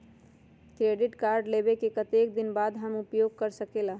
Credit card लेबे के कतेक दिन बाद हम उपयोग कर सकेला?